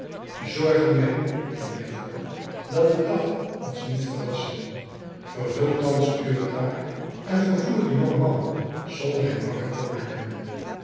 zorgen wij nu ging hij voort dat de dag ons niet verrasse vervul thans uwe taak en vervoer den jongen man zonder hem wakker te maken